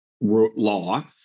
law